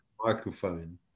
microphone